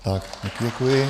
Také děkuji.